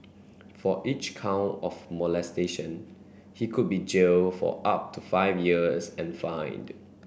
for each count of molestation he could be jailed for up to five years and fined